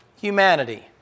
humanity